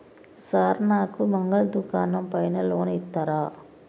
Sir నాకు మంగలి దుకాణం పైన లోన్ ఇత్తరా?